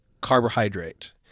carbohydrate